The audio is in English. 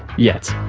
yet.